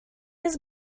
his